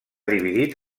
dividit